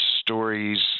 stories